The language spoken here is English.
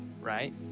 right